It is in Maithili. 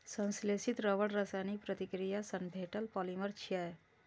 संश्लेषित रबड़ रासायनिक प्रतिक्रिया सं भेटल पॉलिमर छियै